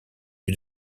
lui